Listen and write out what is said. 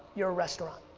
your a restaurant.